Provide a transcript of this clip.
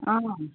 অঁ